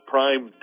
Prime